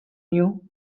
knew